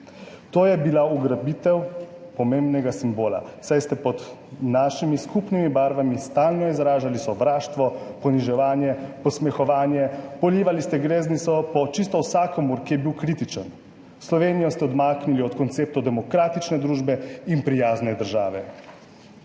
To je bila ugrabitev pomembnega simbola, saj ste pod našimi skupnimi barvami stalno izražali sovraštvo, poniževanje, posmehovanje, polivali ste greznico po čisto vsakomur, ki je bil kritičen. Slovenijo ste odmaknili od konceptov demokratične družbe in prijazne države.